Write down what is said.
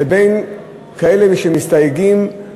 וכאלה שמסתייגים כי